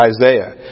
Isaiah